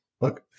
Look